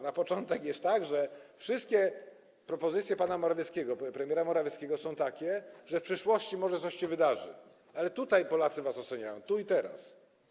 Na początek jest tak, że wszystkie propozycje pana premiera Morawieckiego są takie, że w przyszłości może coś się wydarzy, ale Polacy was oceniają tu i teraz.